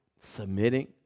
Submitting